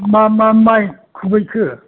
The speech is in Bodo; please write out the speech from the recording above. मा मा माइ खुबैखो